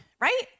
right